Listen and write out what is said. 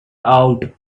out